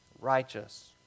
righteous